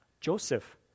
Joseph